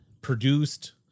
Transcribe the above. produced